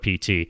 PT